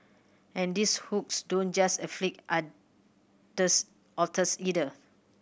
and these hooks don't just afflict otters either